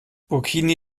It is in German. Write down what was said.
burkini